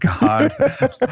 God